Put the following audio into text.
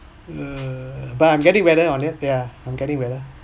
err I'm getting better on it yeah I'm getting better